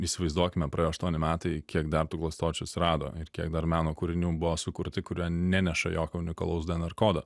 įsivaizduokime praėjo aštuoni metai kiek dar tų klastočių atsirado ir kiek dar meno kūrinių buvo sukurti kurie neneša jokio unikalaus dnr kodo